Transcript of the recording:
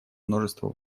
множество